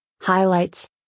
Highlights